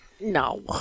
No